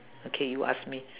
okay you ask me